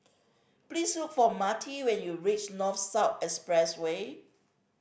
please look for Marty when you reach North South Expressway